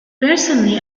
personally